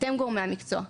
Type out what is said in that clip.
אתם גורמי המקצוע.